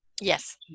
yes